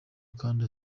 kandi